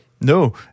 No